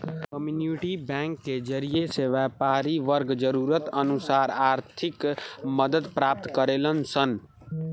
community bank के जरिए से व्यापारी वर्ग जरूरत अनुसार आर्थिक मदद प्राप्त करेलन सन